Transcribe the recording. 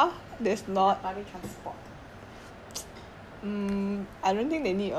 I give up my seat for elderly on public transport